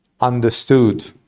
understood